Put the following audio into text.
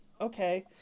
okay